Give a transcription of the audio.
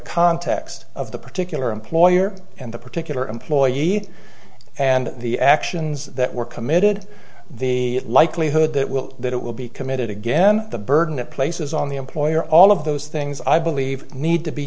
context of the particular employer and the particular employee and the actions that were committed the likelihood that will that it will be committed again the burden it places on the employer all of those things i believe need to be